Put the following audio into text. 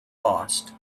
lost